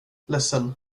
ledsen